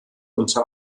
unter